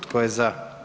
Tko je za?